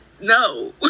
No